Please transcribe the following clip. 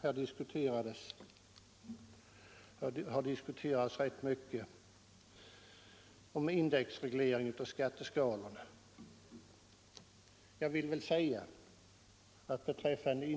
Här har diskuterats rätt mycket om indexreglering av skatteskalorna.